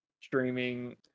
streaming